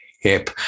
hip